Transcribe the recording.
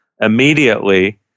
immediately